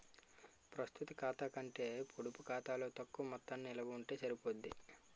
ప్రస్తుత ఖాతా కంటే పొడుపు ఖాతాలో తక్కువ మొత్తం నిలవ ఉంటే సరిపోద్ది